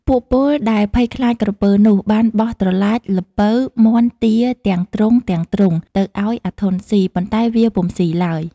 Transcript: ពួកពលដែលភ័យខ្លាចក្រពើនោះ បានបោះត្រឡាច ល្ពៅ មាន់ ទា ទាំងទ្រុងៗ ទៅឲ្យអាធន់ស៊ី ប៉ុន្តែវាពុំស៊ីឡើយ។